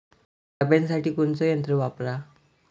सोयाबीनसाठी कोनचं यंत्र वापरा?